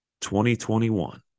2021